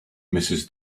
mrs